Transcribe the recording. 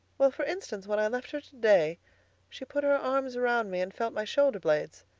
well, for instance, when i left her to-day, she put her arms around me and felt my shoulder blades,